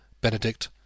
Benedict